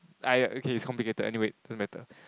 !aiya! okay it's complicated anyway it doesn't matter